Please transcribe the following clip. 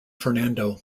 fernando